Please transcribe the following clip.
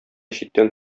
читтән